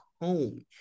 home